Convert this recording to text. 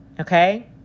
Okay